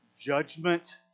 judgment